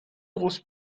grosse